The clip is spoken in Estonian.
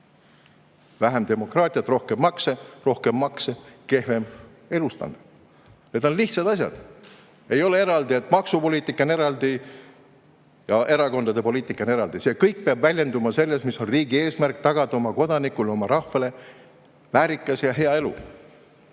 Vähem demokraatiat ja rohkem makse, rohkem makse ja kehvem elustandard. Need on lihtsad asjad. Ei ole nii, et maksupoliitika on eraldi ja erakondade poliitika on eraldi. See kõik peab väljenduma selles, mis on riigi eesmärk: tagada oma kodanikele, oma rahvale väärikas ja hea elu.